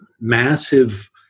massive